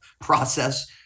process